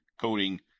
coding